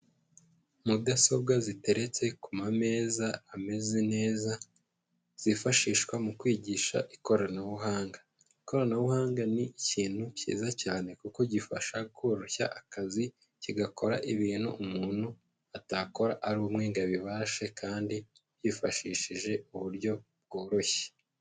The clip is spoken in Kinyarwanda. Mudasobwa ziteretse ku mameza ameze neza, zifashishwa mu kwigisha ikoranabuhanga. Ikoranabuhanga ni ikintu cyiza cyane kuko gifasha koroshya akazi, kigakora ibintu umuntu atakora ari umwe ngo abibashe kandi yifashishije uburyo bworoshye.